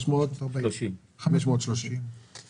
10 עובדים חרדים זה פחות מ-2% מכלל עובדי המשרד.